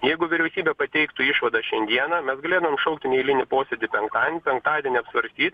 jeigu vyriausybė pateiktų išvadas šiandieną bet galėtumėm šaukti neeilinį posėdį penktadienį penktadienį apsvarstyt